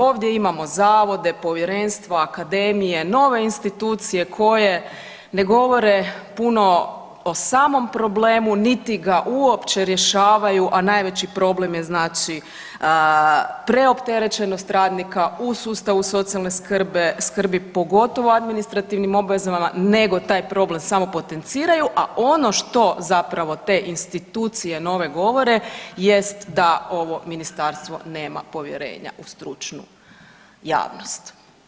Ovdje imamo zavode, povjerenstva, akademije, nove institucije koje ne govore puno o samom problemu niti ga uopće rješavaju, a najveći problem je znači preopterećenost radnika u sustavu socijalne skrbi, pogotovo administrativnim obvezama nego taj problem samo potenciraju, a ono što zapravo te institucije nove govore jest da ovo ministarstvo nema povjerenja u stručnu javnost.